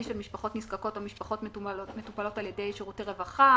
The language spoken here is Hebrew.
של משפחות נזקקות או משפחות שמטופלות על-ידי שירותי רווחה,